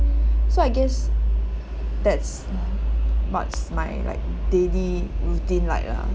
so I guess that's most my like daily routine like lah